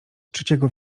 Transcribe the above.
trzeciego